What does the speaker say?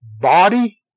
Body